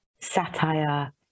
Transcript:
satire